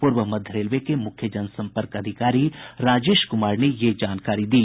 पूर्व मध्य रेलवे के मुख्य जनसंपर्क अधिकारी राजेश कुमार ने यह जानकारी दी